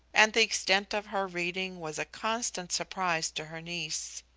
and the extent of her reading was a constant surprise to her niece.